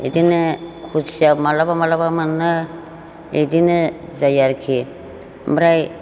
बेदिनो खुसिया माब्लाबा माब्लाबा मोनो बेदिनो जायो आरोखि ओमफ्राय